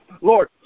Lord